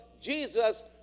Jesus